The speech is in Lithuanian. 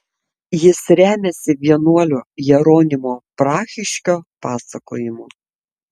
jis remiasi vienuolio jeronimo prahiškio pasakojimu